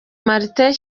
martin